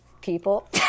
people